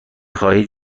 خواهید